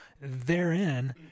therein